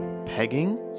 pegging